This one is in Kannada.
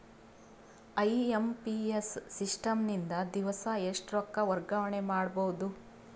ಐ.ಎಂ.ಪಿ.ಎಸ್ ಸಿಸ್ಟಮ್ ನಿಂದ ದಿವಸಾ ಎಷ್ಟ ರೊಕ್ಕ ವರ್ಗಾವಣೆ ಮಾಡಬಹುದು?